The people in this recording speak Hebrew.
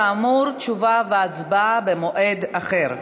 כאמור, תשובה והצבעה במועד אחר.